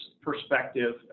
perspective